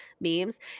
memes